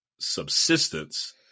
Subsistence